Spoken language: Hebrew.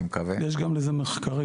אני מקווה יש גם לזה מחקרים,